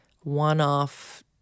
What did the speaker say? one-off